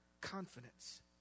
confidence